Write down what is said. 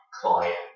client